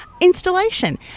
Installation